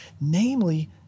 namely